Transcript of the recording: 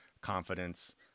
confidence